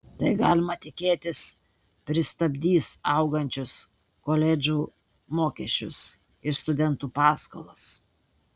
tai galima tikėtis pristabdys augančius koledžų mokesčius ir studentų paskolas